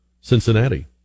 Cincinnati